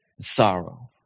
sorrow